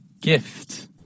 Gift